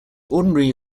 ordinary